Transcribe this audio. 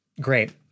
Great